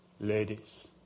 ladies